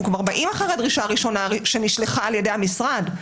אנחנו באים אחרי הדרישה הראשונה שנשלחה על ידי המשרד.